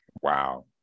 Wow